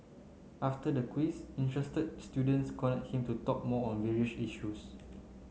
after the quiz interested students him to talk more on various issues